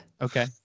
Okay